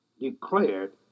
declared